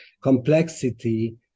complexity